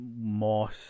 moss